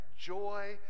joy